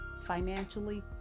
financially